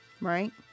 right